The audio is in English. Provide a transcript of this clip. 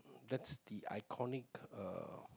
that's the iconic uh